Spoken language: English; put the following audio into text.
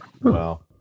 Wow